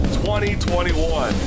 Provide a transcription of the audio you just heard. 2021